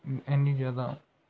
ਇੰਨੀ ਜ਼ਿਆਦਾ